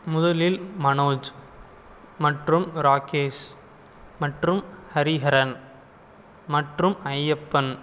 முதலில் மனோஜ் மற்றும் ராகேஷ் மற்றும் ஹரிஹரன் மற்றும் ஐயப்பன்